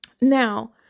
Now